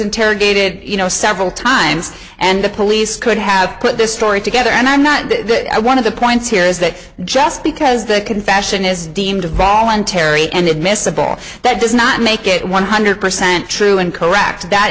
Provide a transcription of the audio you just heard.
interrogated you know several times and the police could have put this story together and i'm not that i one of the points here is that just because they can fashion is deemed a voluntary and admissible that does not make it one hundred percent true and correct that